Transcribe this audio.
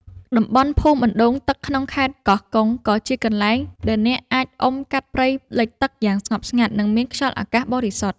តំបន់ភូមិអណ្ដូងទឹកក្នុងខេត្តកោះកុង ក៏ជាកន្លែងដែលអ្នកអាចអុំកាត់តាមព្រៃលិចទឹកយ៉ាងស្ងប់ស្ងាត់ និងមានខ្យល់អាកាសបរិសុទ្ធ។